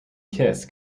kiss